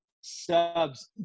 Subs